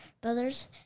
brother's